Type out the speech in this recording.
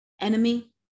enemy